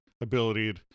ability